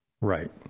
Right